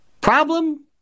Problem